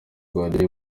guardiola